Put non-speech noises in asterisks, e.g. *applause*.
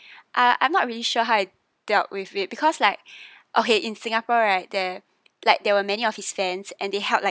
uh I'm not really sure I dealt with it because like *breath* okay in singapore right there like there were many of his fans and they held like